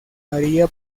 haría